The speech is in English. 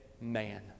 man